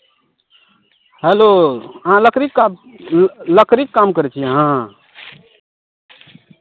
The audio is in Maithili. हैलो अहाँ लकड़ीके काम लकड़ीके काम करै छियै अहाँ